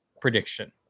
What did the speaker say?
prediction